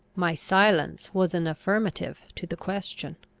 my silence was an affirmative to the question.